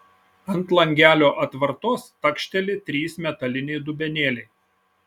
ant langelio atvartos takšteli trys metaliniai dubenėliai